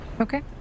Okay